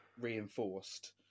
reinforced